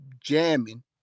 jamming